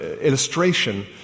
illustration